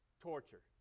torture